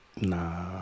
nah